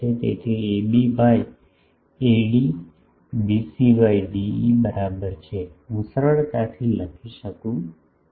તેથી AB by AD BC by DE બરાબર છે હું આ સરળતાથી લખી શકું છું